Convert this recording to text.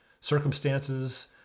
circumstances